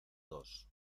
dos